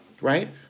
right